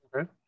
Okay